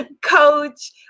coach